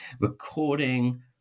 recording